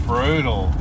Brutal